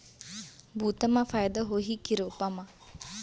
बुता म फायदा होही की रोपा म?